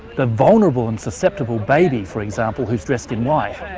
the vulnerable and susceptible baby, for example, who's dressed in white,